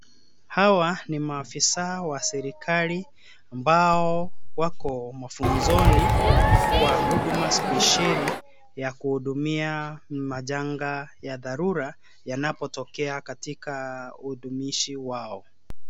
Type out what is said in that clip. Hawa ni maafisa wa serikali ambao wako mafunzoni kwa huduma spesheli ya kuhudumia majanga ya dharura yanapotokea katika utumishi wao.